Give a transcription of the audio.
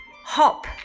hop